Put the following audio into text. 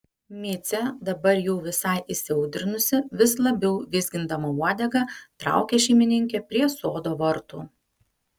micė dabar jau visai įsiaudrinusi vis labiau vizgindama uodegą traukia šeimininkę prie sodo vartų